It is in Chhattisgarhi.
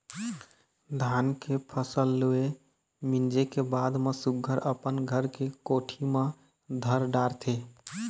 धान के फसल लूए, मिंजे के बाद म सुग्घर अपन घर के कोठी म धर डारथे